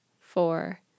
four